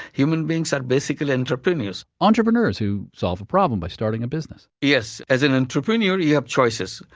human beings are basically entrepreneurs entrepreneurs who solve a problem by starting a business? yes. as an entrepreneur, you have choices.